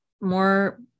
more